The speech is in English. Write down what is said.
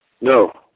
No